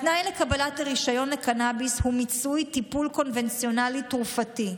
התנאי לקבלת הרישיון לקנביס הוא מיצוי טיפול קונבנציונלי תרופתי,